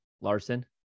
larson